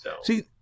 See